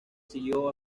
siguió